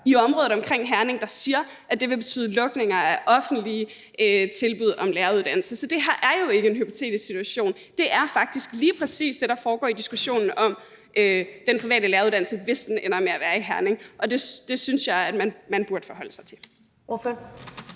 i området omkring Herning, der siger, at det vil betyde lukninger af offentlige tilbud om læreruddannelse. Så det her er jo ikke en hypotetisk situation; det er faktisk lige præcis det, der foregår i diskussionen om den private læreruddannelse, hvis den ender med at være i Herning – og det synes jeg man burde forholde sig til.